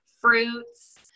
fruits